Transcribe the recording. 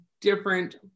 different